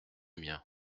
mien